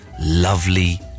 lovely